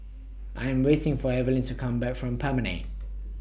I Am waiting For Evelin to Come Back from Promenade